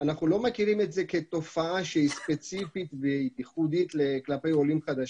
אנחנו לא מכירים את זה כתופעה שהיא ספציפית וייחודית כלפי עולים חדשים.